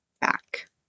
back